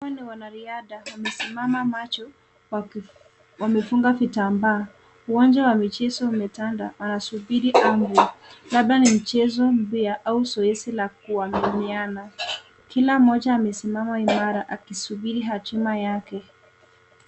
Hawa ni wanariadha wamesimama macho wamefunga vitambaa. Uwanja wa michezo imetanda. Wanasubiri amri labda ni mchezo mpya au zoezi la kuaminiana. Kila mmoja amesimama imara akisubiri hatima yake.